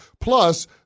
Plus